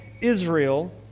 Israel